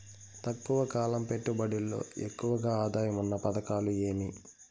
తక్కువ కాలం పెట్టుబడిలో ఎక్కువగా ఆదాయం ఉన్న పథకాలు ఏమి?